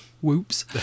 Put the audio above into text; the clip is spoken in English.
whoops